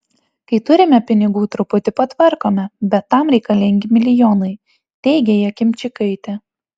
kai turime pinigų truputį patvarkome bet tam reikalingi milijonai teigia jakimčikaitė